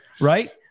right